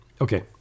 Okay